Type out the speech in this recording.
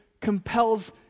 compels